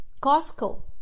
Costco